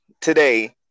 today